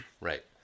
Right